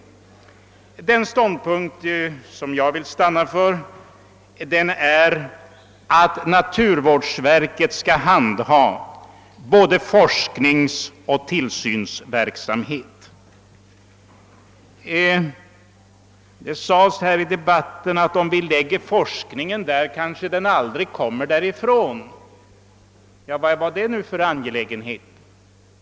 Den ståndpunkt som jag vill stanna för innebär att naturvårdsverket skall handha både forskningsoch tillsynsverksamhet. Det sades här i debatten att om vi lägger forskning där, kanske den aldrig kommer därifrån. Vad skulle detta vara för risk?